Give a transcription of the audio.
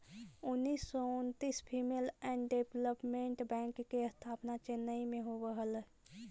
उन्नीस सौ उन्नितिस फीमेल एंड डेवलपमेंट बैंक के स्थापना चेन्नई में होलइ हल